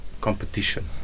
competition